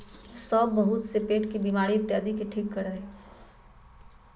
सौंफ बहुत से पेट के बीमारी इत्यादि के ठीक करा हई